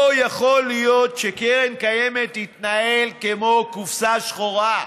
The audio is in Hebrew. לא יכול להיות שקרן קיימת תתנהל כמו קופסה שחורה.